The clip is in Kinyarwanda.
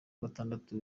gatatu